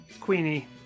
Queenie